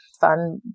fun